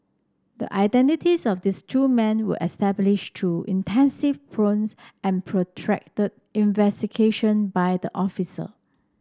the identities of these two men were established through intensive probes and protracted investigation by the officer